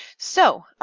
so,